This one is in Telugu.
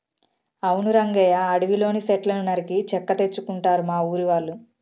అవును రంగయ్య అడవిలోని సెట్లను నరికి చెక్క తెచ్చుకుంటారు మా ఊరి వాళ్ళు